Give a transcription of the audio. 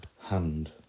hand